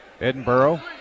Edinburgh